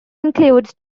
includes